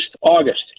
August